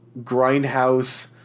grindhouse